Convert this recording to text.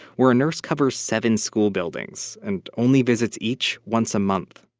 where a nurse covers seven school buildings and only visits each once a month.